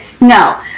no